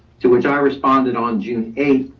to which i responded on june eighth.